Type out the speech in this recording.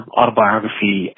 autobiography